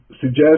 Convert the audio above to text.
suggest